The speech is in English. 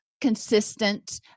consistent